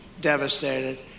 devastated